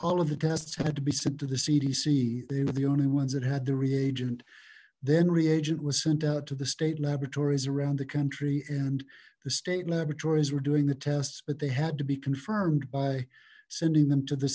all of the tests had to be sent to the cdc they were the only ones that had the reagent then reagent was sent out to the state laboratories around the country and the state laboratories were doing the tests but they had to be confirmed by sending them to the